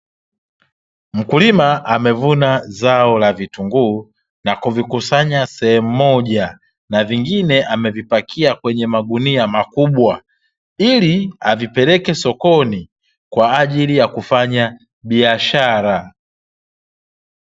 Mkulima amevuna zao la vitunguu, na kuvikusanya sehemu moja na vingine amevipakia kwenye magunia makubwa, ili avipeleke sokoni, kwa ajili ya kufanya biashara.